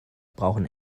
brauchen